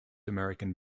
american